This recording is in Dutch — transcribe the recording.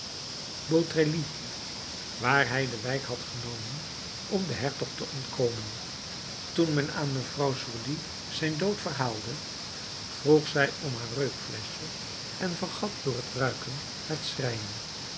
beautreillis waarin hij de wijk had genomen om den hertog te ontkomen toen men aan mevrouw de sourdis zijn dood verhaalde vroeg zij om haar reukfleschje en vergat door het ruiken het